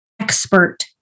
expert